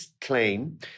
claim